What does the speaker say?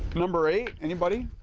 number eight, anybody?